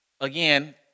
again